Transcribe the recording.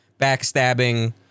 backstabbing